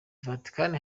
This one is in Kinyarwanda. vatican